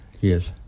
yes